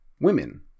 women